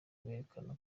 berekana